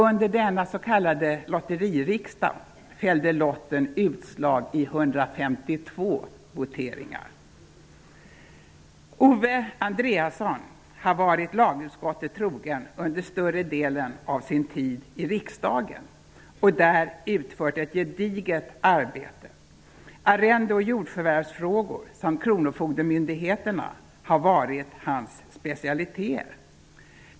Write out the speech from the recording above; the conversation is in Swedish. Under denna s.k lotteri-riksdag fällde lotten utslag i 152 Owe Andréasson har varit lagutskottet trogen under större delen av sin tid i riksdagen och där utfört ett gediget arbete. Arrende och jordförvärvsfrågor samt kronofogdemyndigheterna har varit hans specialiteter.